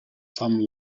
some